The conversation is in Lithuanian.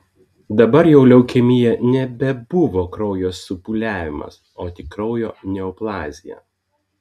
dabar jau leukemija nebebuvo kraujo supūliavimas o tik kraujo neoplazija